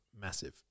massive